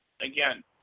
Again